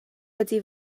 ydy